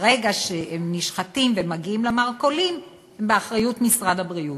מרגע שהם נשחטים ומגיעים למרכולים הם באחריות משרד הבריאות.